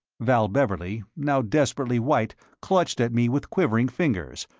val beverley, now desperately white, clutched at me with quivering fingers,